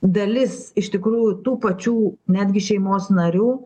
dalis iš tikrųjų tų pačių netgi šeimos narių